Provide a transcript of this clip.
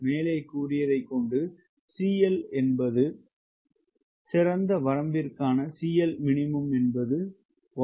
மேலே கூறியதை கொண்டு CL என்பது சிறந்த வரம்பிற்கு CLminimum என்பது 11